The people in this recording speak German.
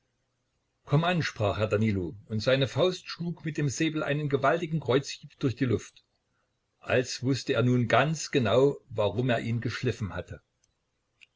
komm an sprach herr danilo und seine faust schlug mit dem säbel einen gewaltigen kreuzhieb durch die luft als wüßte er nun ganz genau warum er ihn geschliffen hatte